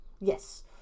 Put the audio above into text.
Yes